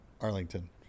Arlington